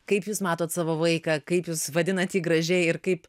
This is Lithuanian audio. kaip jūs matot savo vaiką kaip jūs vadinat jį gražiai ir kaip